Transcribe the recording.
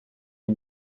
les